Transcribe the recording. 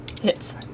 Hits